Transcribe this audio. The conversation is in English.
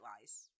lies